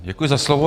Děkuji za slovo.